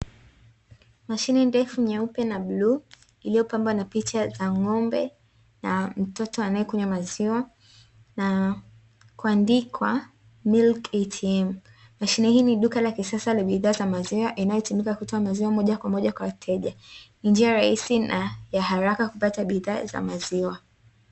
Mashine ndefu, nyeupe na bluu, iliyopambwa na picha za ng'ombe na mtoto anayekunywa maziwa na kuandikwa "MILK ATM". Mashine hili ni duka la kisasa la bidhaa za maziwa, inayotumika kutoa maziwa moja kwa moja kwa wateja, ni njia rahisi na ya haraka kupata bidhaa za maziwa.